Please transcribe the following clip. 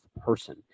person